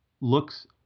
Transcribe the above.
looks